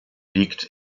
liegt